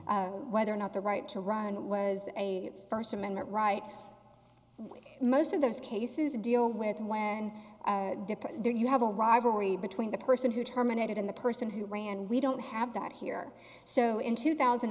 whether or not the right to run was a first amendment right most of those cases deal with when you have a rivalry between the person who terminated in the person who ran and we don't have that here so in two thousand